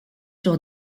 sur